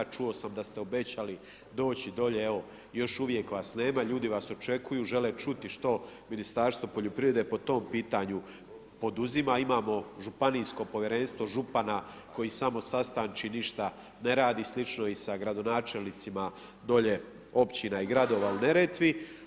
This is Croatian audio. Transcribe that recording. Čuo sam da ste obećali doći dolje, evo, još uvijek vas nema, ljudi vas očekuju, žele čuti što Ministarstvo poljoprivrede po tom pitanju poduzima, a imamo županijsko povjerenstvo, župana, koji samo sastanči, ništa ne radi, slično i sa gradonačelnicima, dolje općina i gradova i Neretvi.